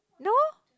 no